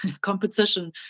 Competition